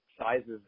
sizes